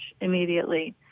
immediately